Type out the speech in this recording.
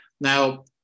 Now